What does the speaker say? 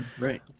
Right